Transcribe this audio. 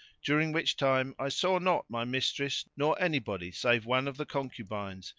during which time i saw not my mistress nor anybody save one of the concubines,